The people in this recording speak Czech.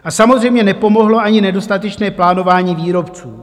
A samozřejmě nepomohlo ani nedostatečné plánování výrobců.